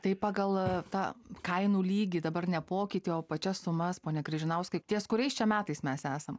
tai pagal tą kainų lygį dabar ne pokytį o pačias sumas pone križinauskai ties kuriais čia metais mes esam